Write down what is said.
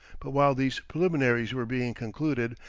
but while these preliminaries were being concluded,